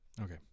okay